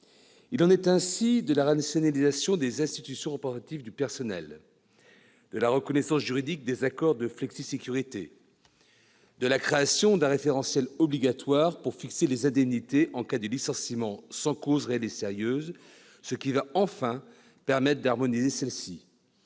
Il en est ainsi de la rationalisation des institutions représentatives du personnel, de la reconnaissance juridique des accords de flexisécurité, de la création d'un référentiel obligatoire pour fixer les indemnités en cas de licenciement sans cause réelle et sérieuse, ce qui va enfin permettre d'harmoniser celles-ci,